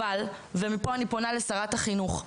אבל, ומפה אני פונה לשרת החינוך.